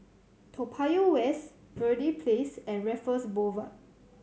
Toa Payoh West Verde Place and Raffles Boulevard